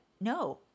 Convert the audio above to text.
No